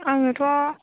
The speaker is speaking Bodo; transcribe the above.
आङोथ'